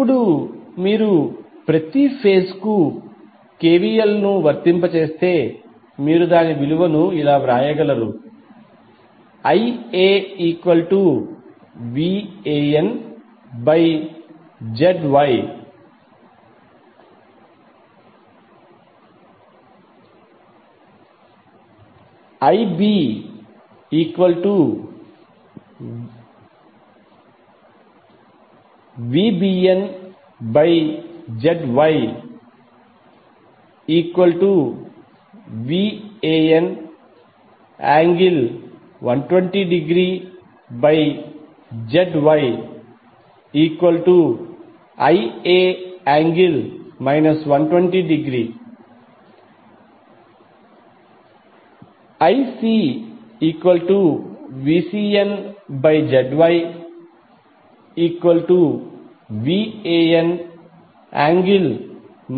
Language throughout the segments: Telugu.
ఇప్పుడు మీరు ప్రతి ఫేజ్ కు KVL ను వర్తింపజేస్తే మీరు దాని విలువను వ్రాయగలరు IaVanZY IbVbnZYVan∠ 120°ZYIa∠ 120° IcVcnZYVan∠ 240°ZYIa∠ 240°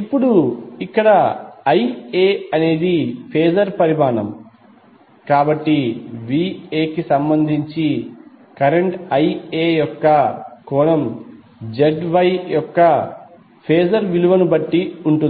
ఇప్పుడు ఇక్కడIa అనేది ఫేజర్ పరిమాణం కాబట్టి Va కి సంబంధించి కరెంట్ Ia యొక్క కోణం ZY యొక్క ఫేజర్ విలువను బట్టి ఉంటుంది